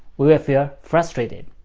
we will feel frustrated.